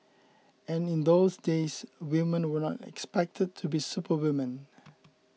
and in those days women were not expected to be superwomen